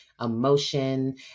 emotion